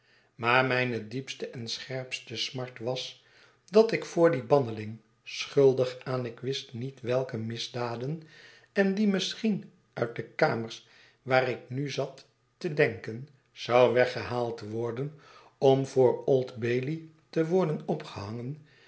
maar mijne diepste en scherpste smart was dat ik voor dien banneling schuldig aan ik wist niet welke misdaden en die misschien uit de kamers waar ik nu zat te denken zou weggehaald worden om voor old bailey te worden opgehangen